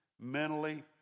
mentally